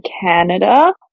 Canada